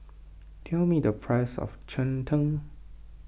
tell me the price of Cheng Tng